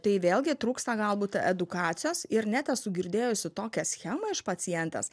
tai vėlgi trūksta galbūt edukacijos ir net esu girdėjusi tokią schemą iš pacientės